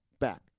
back